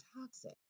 toxic